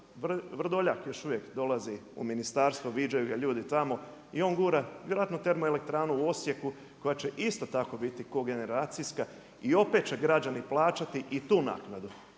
Vrdoljak još uvijek dolazi u ministarstvo, viđaju ga ljudi tamo, i on gura vjerojatno termoelektranu u Osijeku koja će isto tako biti kogeneracijska, i opet će građani plaćati, i tu naknadu.